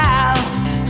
out